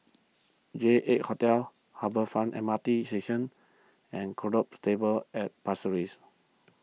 J eight Hotel Harbour Front M R T Station and Gallop Stables at Pasir Ris